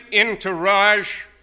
entourage